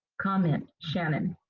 comment, shannon.